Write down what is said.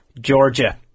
Georgia